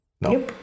No